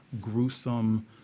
gruesome